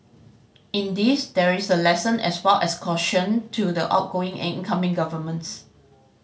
in this there is a lesson as well as a caution to the outgoing and incoming governments